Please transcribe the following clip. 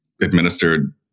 administered